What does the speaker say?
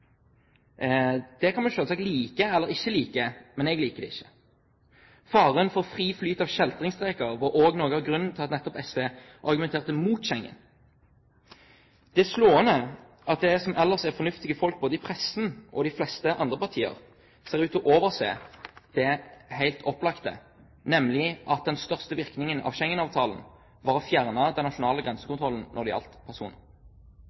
Det kan man selvsagt like eller ikke like, men jeg liker det ikke. Faren for fri flyt av kjeltringstreker var også noe av grunnen til at nettopp SV argumenterte mot Schengen. Det er slående at det som ellers er fornuftige folk både i pressen og i de fleste andre partier, ser ut til å overse det helt opplagte, nemlig at den største virkningen av Schengen-avtalen var å fjerne den nasjonale